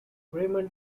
raymond